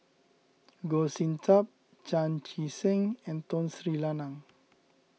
Goh Sin Tub Chan Chee Seng and Tun Sri Lanang